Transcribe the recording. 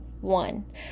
one